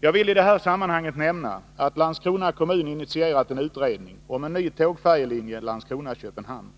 Jag vill i det här sammanhanget nämna att Landskrona kommun initierat en utredning om en ny tåg-färje-linje Landskrona-Köpenhamn.